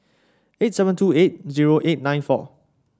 eight seven two eight zero eight nine four